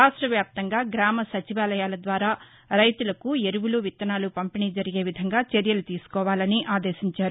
రాష్టవ్యాప్తంగా గ్రామ సచివాలయాల ద్వారా రైతులకు ఎరువులు విత్తనాలు పంపిణీ జరిగే విధంగా చర్యలు తీసుకోవాలని ఆదేశించారు